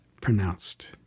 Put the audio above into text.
pronounced